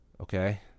okay